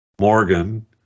Morgan